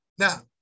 Now